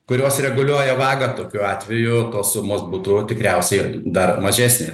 kurios reguliuoja vagą tokiu atveju tos sumos būtų tikriausiai ir dar mažesnės